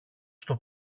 στο